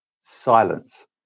Silence